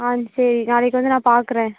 ஆ சரி நாளைக்கு வந்து நான் பார்க்குறேன்